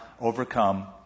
overcome